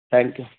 thank you